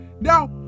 Now